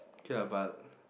K lah but